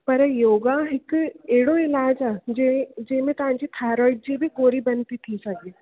पर योगा हिकु अहिड़ो इलाजु आहे जे जंहिंमें तव्हांजी थायरॉइड जी बि गोरी बंदि थी थी सघे